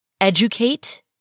educate